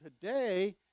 today